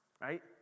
right